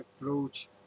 approach